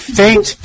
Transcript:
faint